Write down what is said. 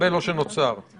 מידע שהוא